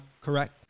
correct